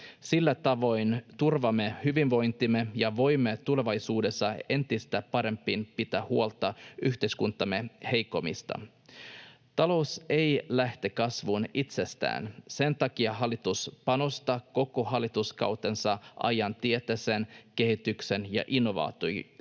Sillä tavoin turvaamme hyvinvointimme ja voimme tulevaisuudessa entistä paremmin pitää huolta yhteiskuntamme heikoimmista. Talous ei lähde kasvuun itsestään. Sen takia hallitus panostaa koko hallituskautensa ajan tieteeseen, kehitykseen ja innovaatioihin.